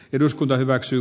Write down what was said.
kannatan ed